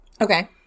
Okay